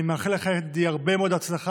אני מאחל לך, ידידי, הרבה מאוד הצלחה.